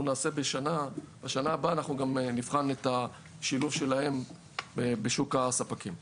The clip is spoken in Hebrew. נעשה בשנה הבאה אנחנו גם נבחן את השילוב שלהם בשוק הספקים.